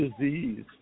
disease